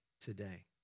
today